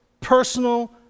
personal